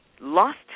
lost